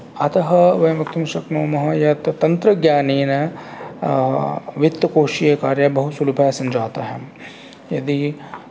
अतः वयं वक्तुं शक्नुमः यत् तन्त्रज्ञानेन वितत्तकोशीयकार्यः बहुसुलभः सञ्जातः यदि